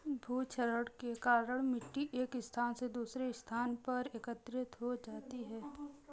भूक्षरण के कारण मिटटी एक स्थान से दूसरे स्थान पर एकत्रित हो जाती है